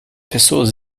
pessoas